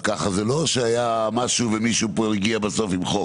אז ככה זה לא שהיה משהו ומישהו פה הרגיע בסוף עם חוק.